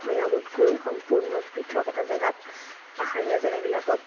ভৈয়ামতকৈ সম্পূৰ্ণ পৃথক এটা জেগাত পাহাৰীয়া জেগাবিলাকত